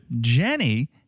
Jenny